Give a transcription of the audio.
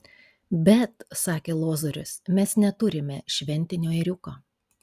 bet sakė lozorius mes neturime šventinio ėriuko